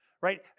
right